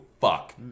fuck